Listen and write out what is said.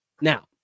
Now